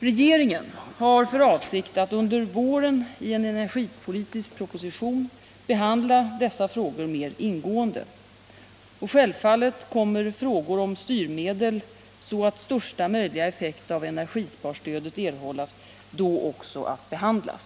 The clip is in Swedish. Regeringen har för avsikt att under våren i en energipolitisk proposition behandla dessa frågor mer ingående. Självfallet kommer frågor om styrmedel, så att största möjliga effekt av energisparstödet erhålls, då också att behandlas.